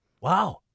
Wow